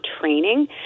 training